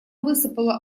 высыпала